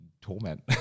torment